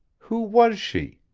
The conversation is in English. who was she?